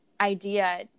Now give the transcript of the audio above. idea